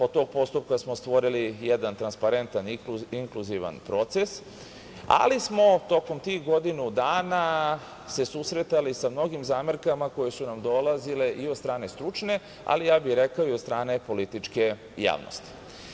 Od tog postupka smo stvorili jedan transparentan, inkluzivan proces, ali smo se tokom tih godinu dana susretali sa mnogim zamerkama koje su nam dolazile i od strane stručne, ali ja bih rekao i od strane političke javnosti.